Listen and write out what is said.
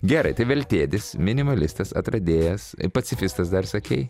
gerai tai veltėdis minimalistas atradėjas pacifistas dar sakei